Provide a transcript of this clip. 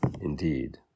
indeed